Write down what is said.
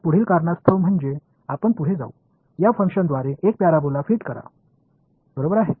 तर पुढील कारणास्तव म्हणजे आपण पुढे जाऊ या फंक्शनद्वारे एक पॅराबोला फिट करा बरोबर आहे